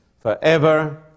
Forever